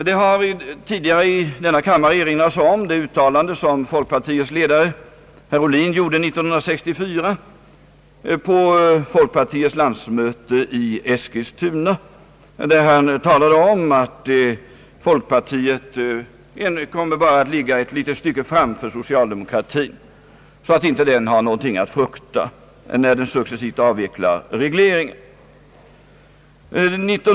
I denna kammare har tidigare erinrats om det uttalande som folkpartiets ledare herr Ohlin gjorde 1964 på folkpartiets landsmöte i Eskilstuna, där han sade att folkpartiet kommer att ligga bara ett litet stycke framför socialdemokratin så att den inte har någonting att frukta när den successivt avvecklar regleringen.